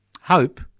Hope